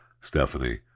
Stephanie